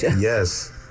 yes